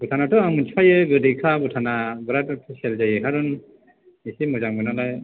भुटानाथ' आं मिथिखायो गोदैखा भुटानना बिराथ स्पेसियेल जायो खारन एसे मोजांबो नालाय